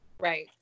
Right